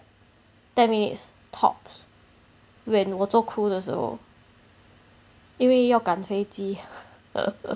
ten minutes tops when 我做 crew 的时候因为要赶飞机